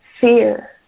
fear